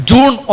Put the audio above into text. June